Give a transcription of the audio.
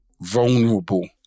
vulnerable